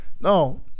no